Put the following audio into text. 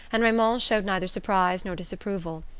and raymond showed neither surprise nor disapproval.